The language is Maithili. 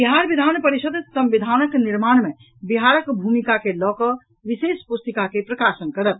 बिहार विधान परिषद् संविधानक निर्माण मे बिहार के भूमिका के लऽकऽ विशेष प्रस्तिका के प्रकाशन करत